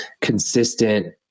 consistent